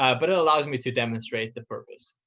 ah but it allows me to demonstrate the purpose.